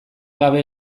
gabe